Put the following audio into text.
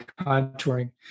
contouring